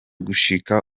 gushika